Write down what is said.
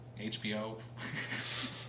HBO